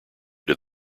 did